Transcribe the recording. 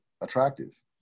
attractive